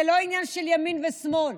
זה לא עניין של ימין ושמאל,